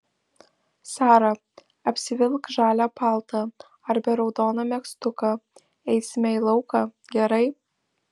sara apsivilk žalią paltą arba raudoną megztuką eisime į lauką gerai